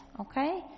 okay